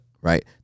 Right